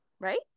right